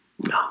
No